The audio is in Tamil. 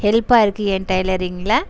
ஹெல்ப்பாக இருக்குது என் டைலரிங்ல